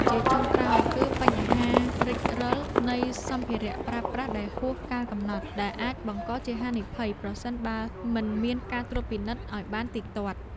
ជាចុងក្រោយ គឺបញ្ហារិចរិលនៃសម្ភារៈប្រើប្រាស់ដែលហួសកាលកំណត់ ដែលអាចបង្កជាហានិភ័យប្រសិនបើមិនមានការត្រួតពិនិត្យឱ្យបានទៀងទាត់។